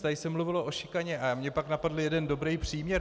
Tady se mluvilo o šikaně a mě pak napadl jeden dobrý příměr.